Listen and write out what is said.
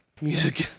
music